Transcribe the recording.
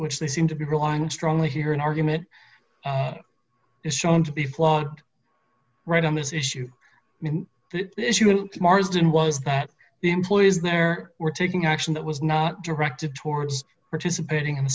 which they seem to be growing strongly here an argument is shown to be flawed right on this issue martin was that the employees there were taking action that was not directed towards participating in